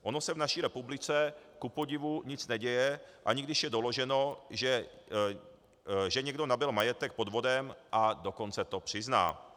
Ono se v naší republice kupodivu nic neděje, ani když je doloženo, že někdo nabyl majetek podvodem, a dokonce to přizná.